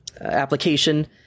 application